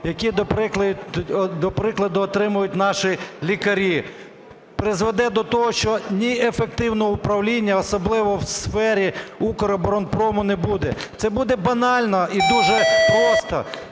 які, до прикладу, отримують наші лікарі, призведе до того, що ні ефективного управління, особливо в сфері "Укроборонпрому", не буде. Це буде банально і дуже просто,